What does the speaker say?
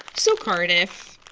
so, cardiff,